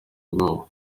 ubwoba